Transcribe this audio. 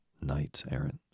knights-errant